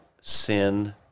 sin